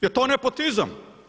Jel to nepotizam?